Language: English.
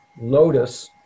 lotus